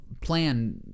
plan